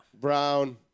Brown